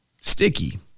Sticky